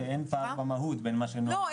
אין פער במהות --- לא,